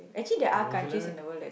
New-Zealand